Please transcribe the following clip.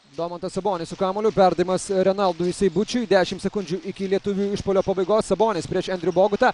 domantas sabonis su kamuoliu perdavimas renaldui seibučiui dešimt sekundžių iki lietuvių išpuolio pabaigos sabonis prieš endrių bogutą